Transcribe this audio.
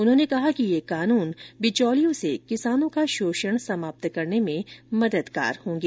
उन्होंने कहा कि ये कानून बिचौलियों से किसानों का शोषण समाप्त करने में मददगार होंगे